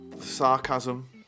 sarcasm